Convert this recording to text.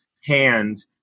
hand